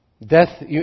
Death